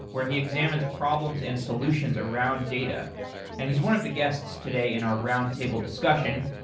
where he examines problems and solutions around data and he's one of the guests today in our roundtable discussion.